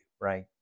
right